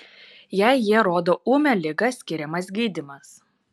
jei jie rodo ūmią ligą skiriamas gydymas